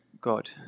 God